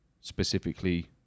specifically